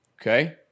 Okay